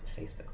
Facebook